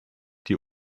die